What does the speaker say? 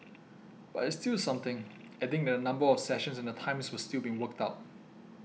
but it's still something adding that the number of sessions and the times were still being worked out